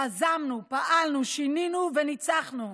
יזמנו, פעלנו, שינינו וניצחנו.